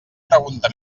pregunta